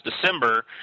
December